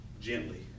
gently